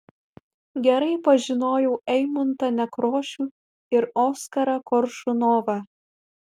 gerai pažinojau eimuntą nekrošių ir oskarą koršunovą